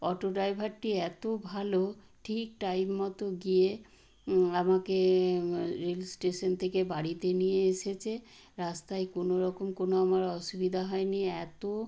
auto ড্রাইভারটি এতো ভালো ঠিক টাইম মতো গিয়ে আমাকে রেল স্টেশান থেকে বাড়িতে নিয়ে এসেছে রাস্তায় কোনো রকম কোনো আমার অসুবিধা হয় নি এতো